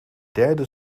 derde